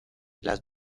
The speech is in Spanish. las